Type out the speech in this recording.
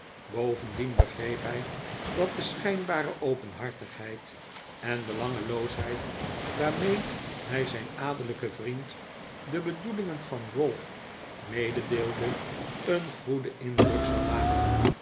bovendien begreep hij dat de schijnbare openhartigheid en belangeloosheid waarmee hij zijn adellijken vriend de bedoelingen van ralph meedeelde een goeden indruk zou maken